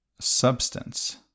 substance